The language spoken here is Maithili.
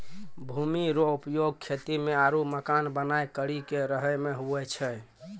भूमि रो उपयोग खेती मे आरु मकान बनाय करि के रहै मे हुवै छै